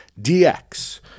DX